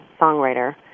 songwriter